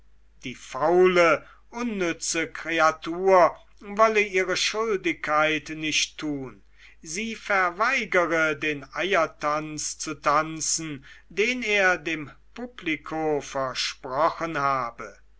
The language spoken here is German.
die faule unnütze kreatur wolle ihre schuldigkeit nicht tun sie verweigere den eiertanz zu tanzen den er dem publiko versprochen habe